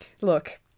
look